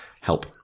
Help